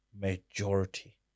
Majority